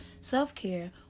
self-care